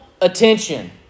attention